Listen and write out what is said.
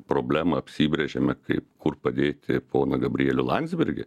problemą apsibrėžiame kaip kur padėti poną gabrielių landsbergį